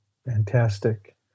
Fantastic